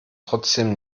trotzdem